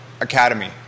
Academy